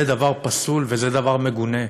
זה דבר פסול וזה דבר מגונה,